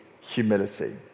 humility